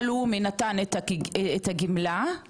בעצם אותם אנשים שאמרו להם תמשיכו,